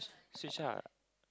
switch ah